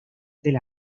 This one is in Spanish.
del